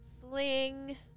sling